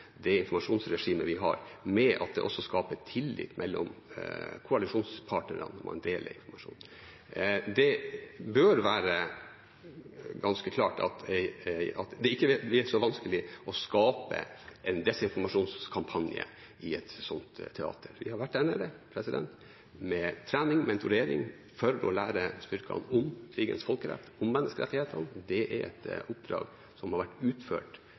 det informasjonsregimet vi har med at det også skaper tillit mellom koalisjonspartnerne når man deler informasjon. Det bør være ganske klart at det ikke er så vanskelig å skape en desinformasjonskampanje i et sånt teater. Vi har vært der nede med trening og mentorering for å lære styrkene om krigens folkerett, om menneskerettighetene. Det er et oppdrag som har vært utført